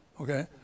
Okay